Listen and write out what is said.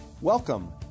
Welcome